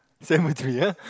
cemetery ah